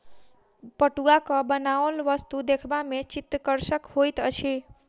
पटुआक बनाओल वस्तु देखबा मे चित्तकर्षक होइत अछि